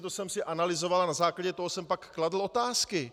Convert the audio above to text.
To jsem si analyzoval a na základě toho jsem pak kladl otázky.